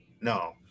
No